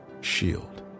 shield